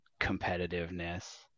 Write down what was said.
competitiveness